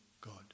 God